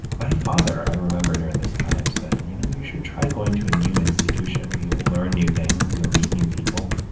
my father, i remember during this time, said, you know, you should try going to a new institution, you'll learn new things, you'll meet new people.